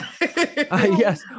Yes